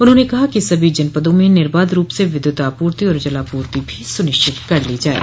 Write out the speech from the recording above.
उन्होंने कहा कि सभी जनपदों में निर्बाधरूप से विद्युत आपूर्ति और जलापूर्ति भी सुनिश्चित कर ली जाये